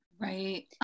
Right